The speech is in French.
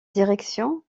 direction